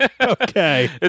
Okay